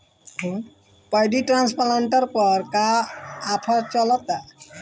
Paddy transplanter पर का offer चलता?